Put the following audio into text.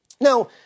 Now